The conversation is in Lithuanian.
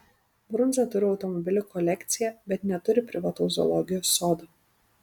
brunza turi automobilių kolekciją bet neturi privataus zoologijos sodo